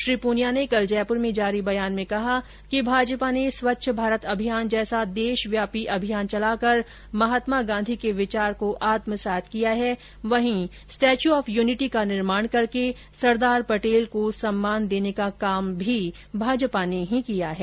श्री पूनिया ने कल जयपुर में जारी बयान में कहा कि भाजपा ने स्वच्छ भारत अभियान जैसा देशव्यापी अभियान चलाकर महात्मा गांधी के विचार को आत्मसात किया है वहीं स्टेच्यू ऑफ यूनिटी का निर्माण करके सरदार पटेल को सम्मान देने का काम भी भाजपा ने ही किया है